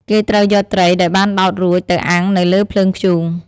គេត្រូវយកត្រីដែលបានដោតរួចទៅអាំងនៅលើភ្លើងធ្យូង។